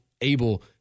able